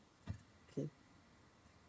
okay